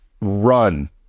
run